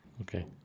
okay